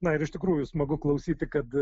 na ir iš tikrųjų smagu klausyti kad